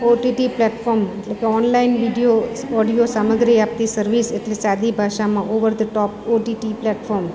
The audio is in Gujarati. ઓટીટી પ્લેટફોર્મ એટલે કે ઓનલાઈન વિડીયો ઓડિયો સામગ્રી આપતી સર્વિસ એટલે સાદી ભાષામાં over the top OTT platform